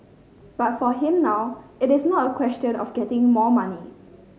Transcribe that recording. but for him now it is not a question of getting more money